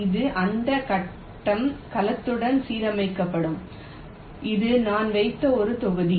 எனவே இது இந்த கட்டம் கலத்துடன் சீரமைக்கப்படும் இது நான் வைத்த ஒரு தொகுதி